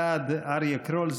האחד אריה קרול,